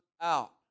out